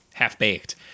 half-baked